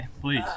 Please